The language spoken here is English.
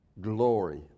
glory